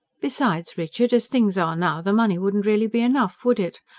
besides, richard, as things are now, the money wouldn't really be enough, would it?